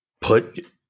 put